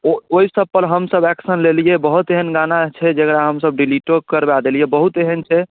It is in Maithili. ओ ओहिसँ पर हमसभ एक्शन लेलियै बहुत एहन गाना छै जकरा हमसभ डिलीटो करबा देलियै बहुत एहन छै